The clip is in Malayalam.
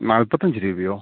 നാൽപ്പത്തഞ്ച് രൂപയോ